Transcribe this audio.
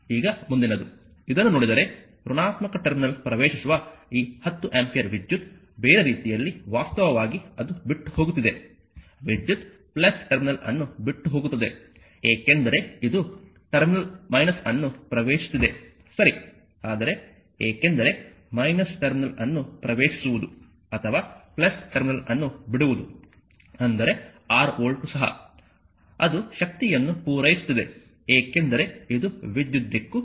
ಈಗ ಮುಂದಿನದುಇದನ್ನು ನೋಡಿದರೆ ಋಣಾತ್ಮಕ ಟರ್ಮಿನಲ್ ಪ್ರವೇಶಿಸುವ ಈ 10 ಆಂಪಿಯರ್ ವಿದ್ಯುತ್ ಬೇರೆ ರೀತಿಯಲ್ಲಿ ವಾಸ್ತವವಾಗಿ ಅದು ಬಿಟ್ಟು ಹೋಗುತ್ತಿದೆ ವಿದ್ಯುತ್ ಟರ್ಮಿನಲ್ ಅನ್ನು ಬಿಟ್ಟು ಹೋಗುತ್ತದೆ ಏಕೆಂದರೆ ಇದು ಟರ್ಮಿನಲ್ ಅನ್ನು ಪ್ರವೇಶಿಸುತ್ತಿದೆ ಸರಿ ಆದರೆ ಏಕೆಂದರೆ ಟರ್ಮಿನಲ್ ಅನ್ನು ಪ್ರವೇಶಿಸುವುದು ಅಥವಾ ಟರ್ಮಿನಲ್ ಅನ್ನು ಬಿಡುವುದು ಅಂದರೆ 6 ವೋಲ್ಟ್ ಸಹ ಅದು ಶಕ್ತಿಯನ್ನು ಪೂರೈಸುತ್ತಿದೆ ಏಕೆಂದರೆ ಇದು ವಿದ್ಯುತ್ ದಿಕ್ಕು